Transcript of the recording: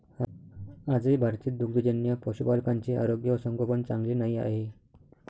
आजही भारतीय दुग्धजन्य पशुपालकांचे आरोग्य व संगोपन चांगले नाही आहे